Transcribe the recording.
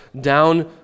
down